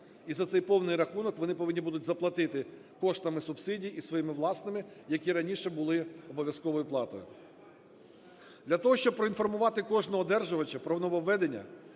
і за цей повний рахунок вони повинні будуть заплатити коштами субсидій і своїми власними, які раніше були обов'язковою платою. Для того, щоб проінформувати кожного одержувача про нововведення,